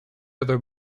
other